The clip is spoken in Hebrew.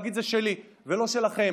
להגיד: זה שלי ולא שלכם,